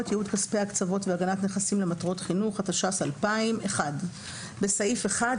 (ייעוד כספי הקצבות והגנת נכסים למטרות חינוך) (בפרק זה,